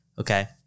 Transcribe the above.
Okay